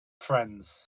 friends